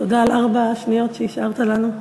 תודה על ארבע השניות שהשארת לנו.